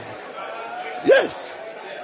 Yes